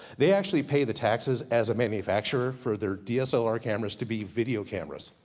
they actually pay the taxes as a manufacturer, for their dslr camera's to be video camera's.